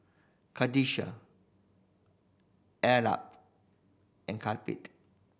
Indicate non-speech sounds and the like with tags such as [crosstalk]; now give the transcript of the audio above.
[unintelligible] and [unintelligible]